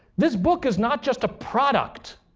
this book is not just a product.